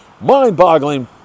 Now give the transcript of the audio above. mind-boggling